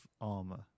armor